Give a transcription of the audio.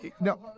no